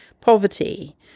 poverty